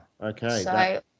Okay